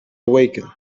awaken